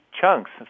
chunks